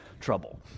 trouble